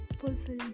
fulfill